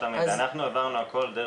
אני באמת לא מבינה למה.